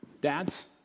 Dads